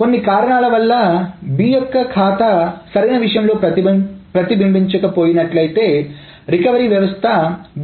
కొన్ని కారణాల వల్ల B యొక్క ఖాతా సరైన విషయంలో ప్రతిబింబించక పోయి నట్లయి తే రికవరీ వ్యవస్థ